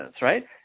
Right